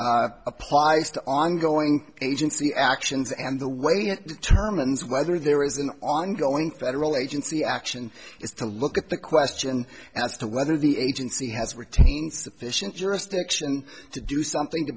two applies to ongoing agency actions and the way the term and whether there is an ongoing federal agency action is to look at the question as to whether the agency has retained sufficient jurisdiction to do something to